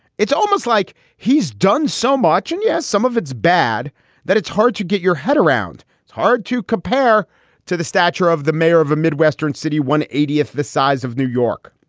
it's almost like he's done so much. and yes, some of it's bad that it's hard to get your head around. it's hard to compare to the stature of the mayor of a midwestern city, one atf the size of new york.